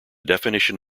definition